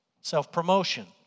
Self-promotion